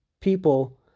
people